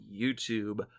YouTube